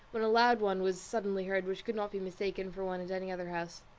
when a loud one was suddenly heard which could not be mistaken for one at any other house,